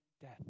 death